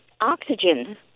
oxygen